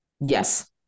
yes